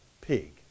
pig